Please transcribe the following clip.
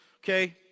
Okay